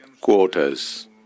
quarters